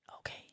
Okay